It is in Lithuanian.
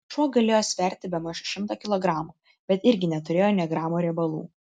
šuo galėjo sverti bemaž šimtą kilogramų bet irgi neturėjo nė gramo riebalų